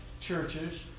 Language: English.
churches